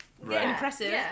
impressive